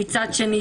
מצד שני,